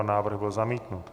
Návrh byl zamítnut.